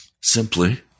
simply